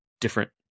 different